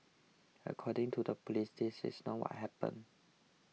according to the police this is not why happened